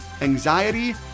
anxiety